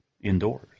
indoors